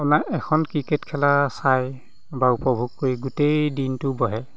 আপোনাৰ এখন ক্ৰিকেট খেলা চাই বা উপভোগ কৰি গোটেই দিনটো বহে